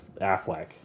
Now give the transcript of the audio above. Affleck